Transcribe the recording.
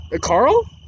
Carl